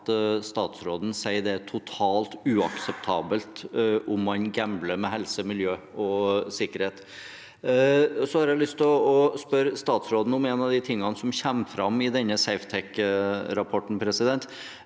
statsråden si at det er totalt uakseptabelt å gamble med helse, miljø og sikkerhet. Så har jeg lyst til å spørre statsråden om en av tingene som kommer fram i denne Safetec-rapporten, og det